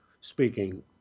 speaking